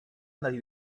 andati